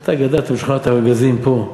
אתה גדלת בשכונת-הארגזים פה.